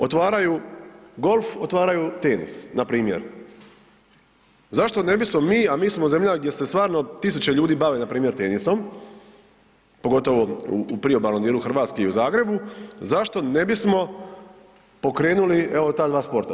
Otvaraju golf, otvaraju tenis npr. Zašto ne bismo mi, a mi smo zemlja gdje se stvarno tisuće ljudi bave npr. tenisom pogotovo u priobalnom dijelu Hrvatske i u Zagrebu, zašto ne bismo pokrenuli evo ta dva sporta.